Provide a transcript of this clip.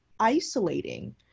isolating